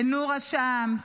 בנור א-שמס,